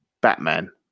Batman